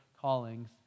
callings